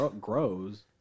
grows